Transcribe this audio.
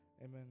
Amen